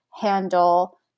handle